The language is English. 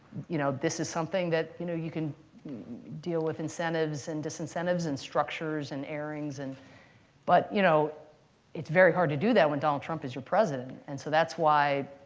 you know this is something that you know you can deal with incentives and disincentives and structures and airings. but you know it's very hard to do that when donald trump is your president. and so that's why